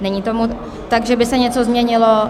Není tomu tak, že by se něco změnilo.